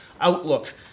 outlook